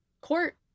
court